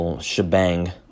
shebang